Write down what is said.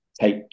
take